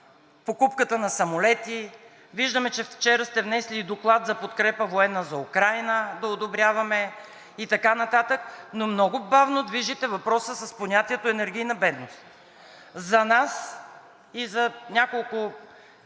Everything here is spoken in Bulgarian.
покупката на самолети – виждаме, че вчера сте внесли Доклад за военна подкрепа за Украйна да го одобряваме и така нататък, но много бавно движите въпроса с понятието енергийна бедност. За нас и за няколко